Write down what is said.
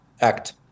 act